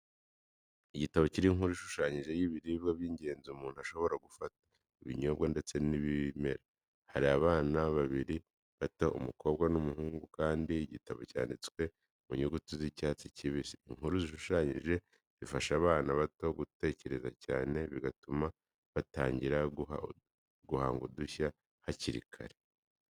Igitabo kiriho inkuru ishushanyije y'ibiribwa by'ingenzi umuntu ashobora gufata, ibinyobwa ndetse n'ibimera. Hariho abana babiri bato umukobwa n'umuhungu kandi igitabo cyanditswe mu nyuguti z'icyatsi kibisi. Inkuru zishushanyije zifasha abana bato gutekereza cyane, bigatuma batangira guhanga udushya hakiri kare.